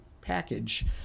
package